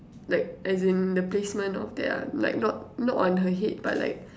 like as in the placement of that ah like not not on her head but like